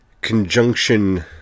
conjunction